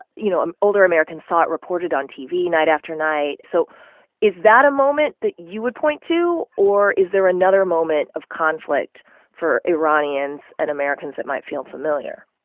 you know, um older americans saw it reported on tv night after night. so is that a moment that you would point to, or is there another moment of conflict for iranians and americans that might feel familiar?